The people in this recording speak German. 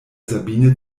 sabine